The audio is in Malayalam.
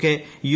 K U